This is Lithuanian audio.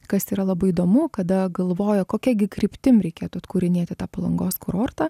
kas yra labai įdomu kada galvojo kokia gi kryptim reikėtų atkūrinėti tą palangos kurortą